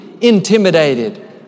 intimidated